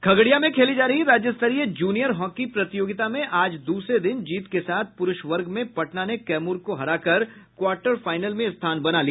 खगड़िया में खेली जा रही राज्य स्तरीय जूनियर हॉकी प्रतियोगिता में आज दूसरे दिन जीत के साथ पुरूष वर्ग में पटना ने कैमूर को हराकर क्वार्टर फाईनल में स्थान बनाया